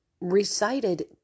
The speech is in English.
recited